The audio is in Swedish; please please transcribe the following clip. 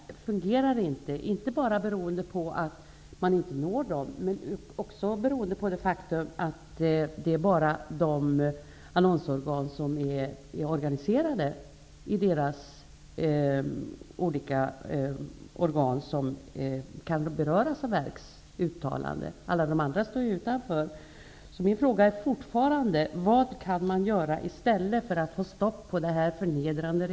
ERK fungerar inte, inte bara beroende på att man inte kan nå denna inrättning utan också beroende på det faktum att det bara är de annonsorgan som är organiserade som finns inom dess verksamhetsområde som kan beröras av ERK:s uttalanden. Alla de andra organen står utanför.